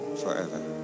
forever